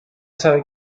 sabe